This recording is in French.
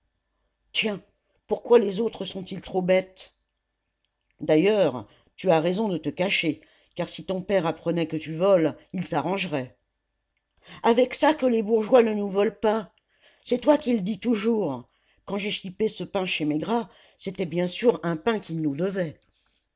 tiens pourquoi les autres sont-ils trop bêtes d'ailleurs tu as raison de te cacher car si ton père apprenait que tu voles il t'arrangerait avec ça que les bourgeois ne nous volent pas c'est toi qui le dis toujours quand j'ai chipé ce pain chez maigrat c'était bien sûr un pain qu'il nous devait